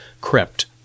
crept